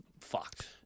fucked